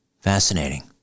Fascinating